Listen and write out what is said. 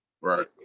Right